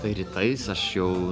tai rytais aš jau